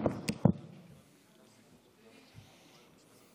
הזדעזעתי בבוקר לשמוע את הכתבה של כרמלה